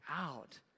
out